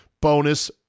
Bonus